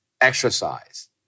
exercise